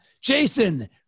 Jason